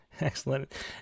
Excellent